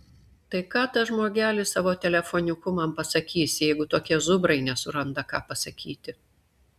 tai ką tas žmogelis savo telefoniuku man pasakys jeigu tokie zubrai nesuranda ką pasakyti